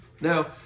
Now